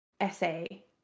essay